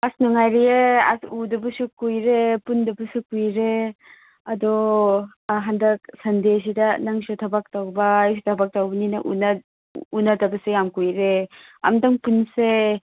ꯑꯁ ꯅꯨꯡꯉꯥꯏꯔꯤꯑꯦ ꯑꯁ ꯎꯗꯕꯁꯨ ꯀꯨꯏꯔꯦ ꯄꯨꯟꯗꯕꯁꯨ ꯀꯨꯏꯔꯦ ꯑꯗꯣ ꯍꯟꯗꯛ ꯁꯟꯗꯦ ꯁꯤꯗ ꯅꯪꯁꯨ ꯊꯕꯛ ꯇꯧꯕ ꯑꯩꯁꯨ ꯊꯕꯛ ꯇꯧꯕꯅꯤꯅ ꯎꯅꯗꯕꯁꯦ ꯌꯥꯝ ꯀꯨꯏꯔꯦ ꯑꯝꯇꯪ ꯄꯨꯟꯁꯦ